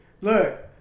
Look